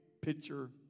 picture